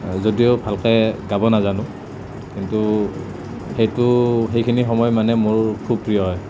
যদিও ভালকৈ গাব নাজানো কিন্তু সেইটো সেইখিনি সময় মানে মোৰ খুব প্ৰিয় হয়